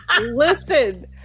Listen